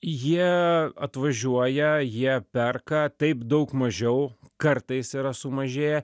jie atvažiuoja jie perka taip daug mažiau kartais yra sumažėję